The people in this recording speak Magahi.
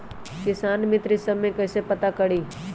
किसान मित्र ई सब मे कईसे पता करी?